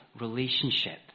relationship